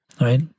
right